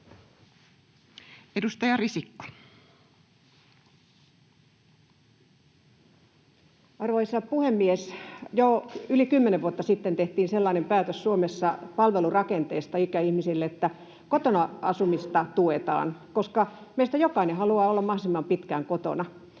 16:26 Content: Arvoisa puhemies! Jo yli kymmenen vuotta sitten Suomessa tehtiin sellainen päätös palvelurakenteesta ikäihmisille, että kotona asumista tuetaan, koska meistä jokainen haluaa olla mahdollisimman pitkään kotona.